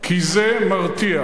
כי זה מרתיע.